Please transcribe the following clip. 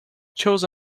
chose